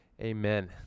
amen